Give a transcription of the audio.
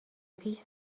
پیش